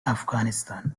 afghanistan